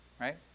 right